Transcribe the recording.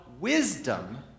wisdom